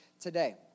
today